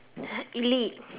elite